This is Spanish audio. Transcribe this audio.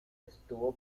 estuvo